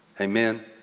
Amen